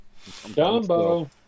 Dumbo